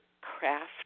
craft